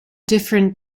different